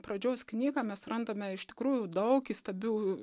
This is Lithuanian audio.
pradžios knygą mes randame iš tikrųjų daug įstabių